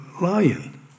lion